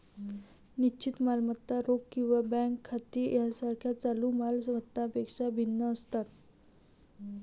निश्चित मालमत्ता रोख किंवा बँक खाती यासारख्या चालू माल मत्तांपेक्षा भिन्न असतात